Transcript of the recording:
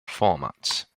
formats